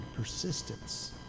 persistence